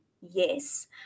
Yes